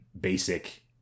basic